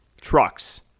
trucks